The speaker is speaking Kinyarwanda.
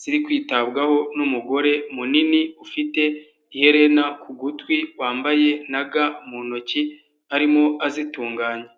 ziri kwitabwaho n'umugore munini, ufite iherena ku gutwi, wambaye na ga mu ntoki, arimo azitunganya.